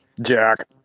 Jack